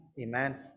Amen